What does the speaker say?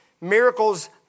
Miracles